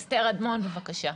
אסתר אדמון, בבקשה.